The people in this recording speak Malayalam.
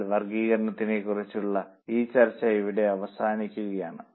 എന്നാൽ വർഗ്ഗീകരണത്തെക്കുറിച്ചുള്ള ഈ ചർച്ച ഇവിടെ അവസാനിപ്പിക്കുകയാണ്